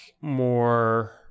more